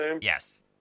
yes